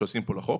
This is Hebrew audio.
שעושים פה לחוק.